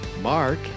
mark